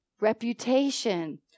Reputation